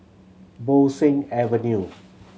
Bo Seng Avenue